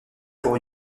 pour